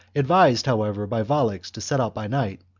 advised, however, by volux to set out by night,